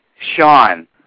Sean